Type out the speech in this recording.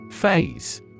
Phase